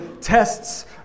tests